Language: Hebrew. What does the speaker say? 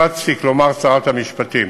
הפצתי, כלומר שרת המשפטים.